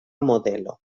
modelo